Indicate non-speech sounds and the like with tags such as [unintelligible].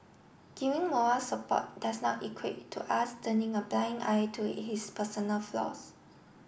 giving moral support does not equate to us turning a blind eye to [unintelligible] his personal flaws